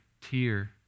tear